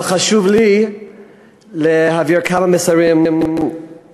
אבל חשוב לי להעביר כמה מסרים חשובים,